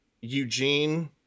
Eugene